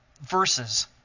verses